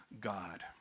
God